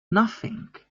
nothing